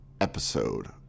episode